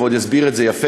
ועוד יסביר את זה יפה,